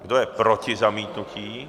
Kdo je proti zamítnutí?